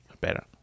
better